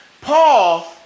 Paul